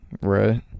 Right